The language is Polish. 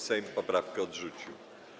Sejm poprawkę odrzucił.